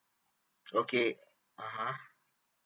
okay (uh huh)